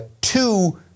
two